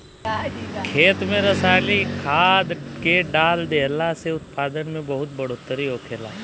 खेत में रसायनिक खाद्य के डाल देहला से उत्पादन में बहुत बढ़ोतरी होखेला